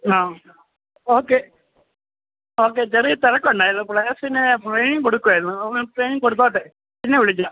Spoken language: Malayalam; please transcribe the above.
ആ ഓക്കെ ഓക്കെ ചെറിയ തിരക്കുണ്ടായിരുന്നു പ്ലെയേഴ്സിന് ട്രെയ്നിംഗ് കൊടുക്കുകയായിരുന്നു ഒന്ന് ട്രെയ്നിംഗ് കൊടുത്തോട്ടെ പിന്നെ വിളിക്കാം